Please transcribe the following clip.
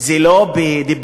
זה לא בדיבורים,